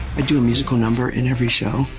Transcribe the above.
i do a musical number in every show.